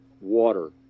water